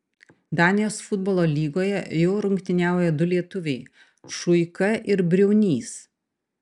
danijos futbolo lygoje jau rungtyniauja du lietuviai šuika ir briaunys